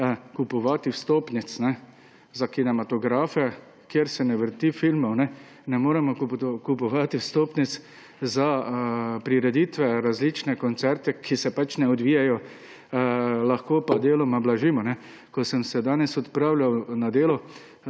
kupovati vstopnic za kinomategraf, kjer se ne vrti filmov, ne moremo kupovati vstopnic za prireditve, različne koncerte, ki se ne odvijajo, lahko pa deloma blažimo. Ko sem se danes odpravljal na delo